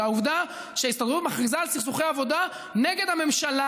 אלא העובדה שההסתדרות מכריזה על סכסוכי עבודה נגד הממשלה,